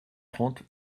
trente